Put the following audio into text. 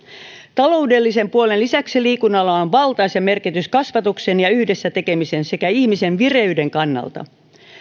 taloudellisen puolen lisäksi liikunnalla on valtaisa merkitys kasvatuksen ja yhdessä tekemisen sekä ihmisen vireyden kannalta